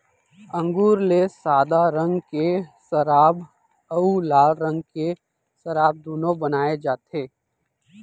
अंगुर ले सादा रंग के सराब अउ लाल रंग के सराब दुनो बनाए जाथे